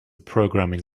programming